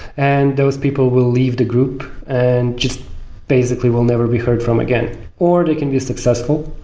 and those people will leave the group and just basically will never be heard from again or they can be successful.